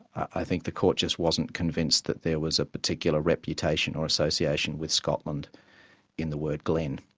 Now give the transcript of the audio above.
i think the court just wasn't convinced that there was a particular reputation or association with scotland in the word glen.